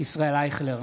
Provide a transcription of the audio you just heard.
ישראל אייכלר,